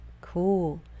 cool